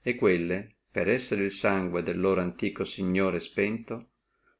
e quelle per essere el sangue del loro antiquo signore spento